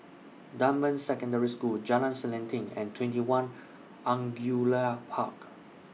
Dunman Secondary School Jalan Selanting and TwentyOne Angullia Park